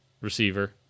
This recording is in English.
receiver